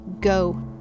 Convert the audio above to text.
go